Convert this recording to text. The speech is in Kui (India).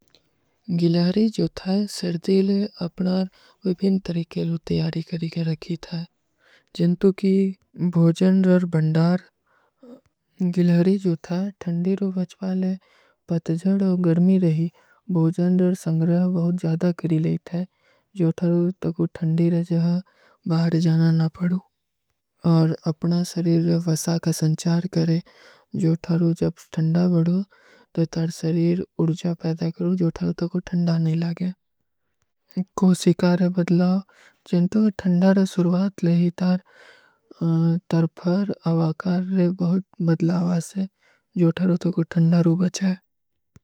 ଗିଲହରୀ ଜୋ ଥା ହୈ, ସିର୍ଦୀ ଲେ ଅପନାର ଵିଭୀନ ତରୀକେ ଲୋ ତିଯାରୀ କରୀ କେ ରଖୀ ଥା ହୈ। ଜିନ୍ତୋ କୀ ଭୋଜନ ରର ବଂଡାର, ଗିଲହରୀ ଜୋ ଥା ହୈ, ଥଂଦୀ ରୋ ବଚପାଲେ, ପତଜଡ ଔର ଗର୍ମୀ ରହୀ, ଭୋଜନ ରର ସଂଗ୍ରହ ବହୁତ ଜ୍ଯାଦା କରୀ ଲେ ଥା ହୈ। ଜୋ ଥା ହୈ ତକୋ ଥଂଦୀ ରଜହା, ବାହର ଜାନା ନା ପଡୂ ଔର ଅପନା ସରୀର ଵସା କା ସଂଚାର କରେଂ, ଜୋ ଥା ହୈ ଜବ ଥଂଦା ବଡୋ ତୋ ତର ସରୀର ଉରୁଜା ପୈଦା କରୋଂ, ଜୋ ଥା ହୈ ତକୋ ଥଂଦା ନହୀଂ ଲାଗେଂ। କୋଈ ସୀ କାରେଂ ବଦଲାଵ, ଛେଂଟୋ ଥଂଦାର ସୁର୍ଵାତ ଲେ ହୀ ତାର ତର ଫର ଆଵାକାର ରେଂ ବହୁତ ବଦଲାଵାସ ହୈ, ଜୋ ଥା ହୈ ତକୋ ଥଂଦା ରୂ ବଚା ହୈ।